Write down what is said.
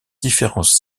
différents